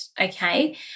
okay